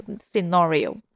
scenario